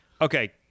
Okay